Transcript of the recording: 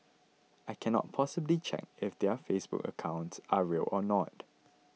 I can't possibly check if their Facebook accounts are real or not